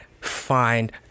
find